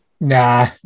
nah